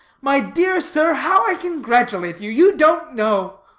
my dear sir, how i congratulate you. you don't know.